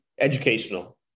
educational